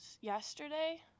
yesterday